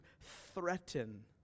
threaten